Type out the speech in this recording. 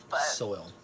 soil